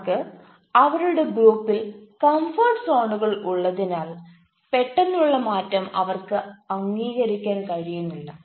അവർക്ക് അവരുടെ ഗ്രൂപ്പിൽ കംഫർട്ട് സോണുകൾ ഉള്ളതിനാൽ പെട്ടെന്നുള്ള മാറ്റം അവർക്ക് അംഗീകരിക്കാൻ കഴിയുന്നില്ല